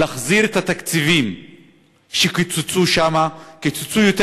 להחזיר את התקציבים שקיצצו שם, קיצצו יותר